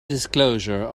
disclosure